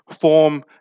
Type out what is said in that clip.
form